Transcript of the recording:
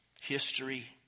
history